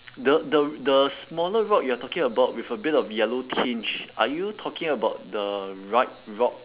the the the smaller rock you are talking about with a bit of yellow tinge are you talking about the right rock